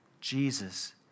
Jesus